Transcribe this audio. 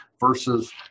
versus